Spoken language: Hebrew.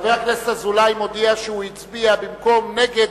חבר הכנסת אזולאי מודיע שהוא הצביע במקום נגד,